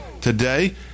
today